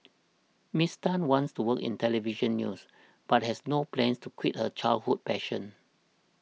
Miss Tan wants to work in Television News but has no plans to quit her childhood passion